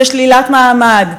ששלילת מעמד,